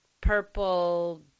purple